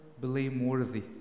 blameworthy